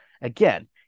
again